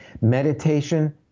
Meditation